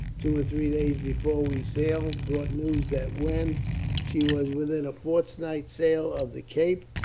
two or three days before we sailed, brought news that when she was within a fortnight's sail of the cape,